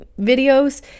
videos